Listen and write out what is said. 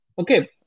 Okay